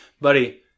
buddy